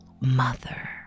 mother